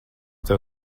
tev